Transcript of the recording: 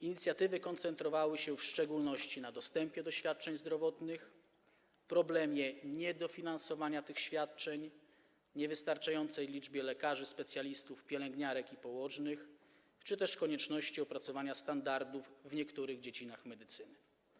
Inicjatywy koncentrowały się w szczególności na dostępie do świadczeń zdrowotnych, problemie niedofinansowania tych świadczeń, niewystarczającej liczbie lekarzy specjalistów, pielęgniarek i położnych czy też konieczności opracowania standardów w niektórych dziedzinach medycyny.